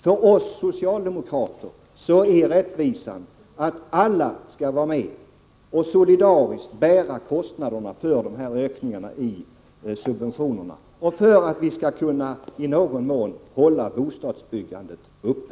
För oss socialdemokrater är det rättvisa att alla är med och solidariskt bär kostnaderna för de ökade subventionerna och även för att vi i någon mån skall kunna hålla bostadsbyggandet uppe.